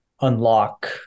unlock